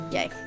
Yay